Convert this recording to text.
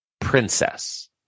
princess